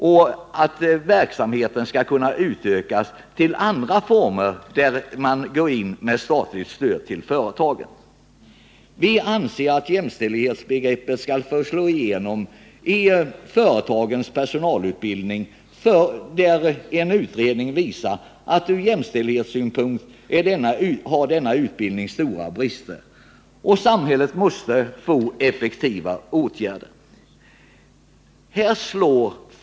Vi vill att verksamheten skall kunna utökas och omfatta även andra former av statligt stöd till företagen. Vi anser att jämställdhetsbegreppet skall få slå igenom i företagens personalutbildning. Det finns en utredning som visar att denna utbildning ur jämställdhetssynpunkt har stora brister. Samhället måste se till att effektiva åtgärder vidtas.